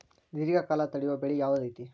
ದೇರ್ಘಕಾಲ ತಡಿಯೋ ಬೆಳೆ ಯಾವ್ದು ಐತಿ?